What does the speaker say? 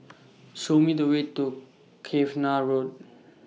Show Me The Way to Cavenagh Road